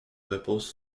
repose